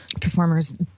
performers